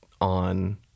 on